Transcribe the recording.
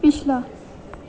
पिछला